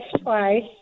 twice